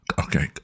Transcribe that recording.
okay